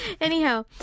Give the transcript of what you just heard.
anyhow